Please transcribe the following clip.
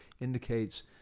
indicates